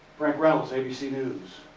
frank reynolds, abc news.